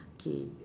okay